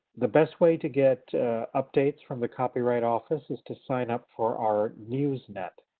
the best way to get updates from the copyright office is to sign up for our newsnet.